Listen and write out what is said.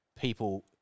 people